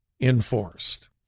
enforced